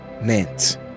meant